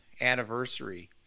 anniversary